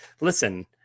listen